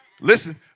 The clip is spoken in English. Listen